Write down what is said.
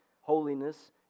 holiness